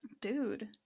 dude